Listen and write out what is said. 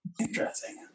Interesting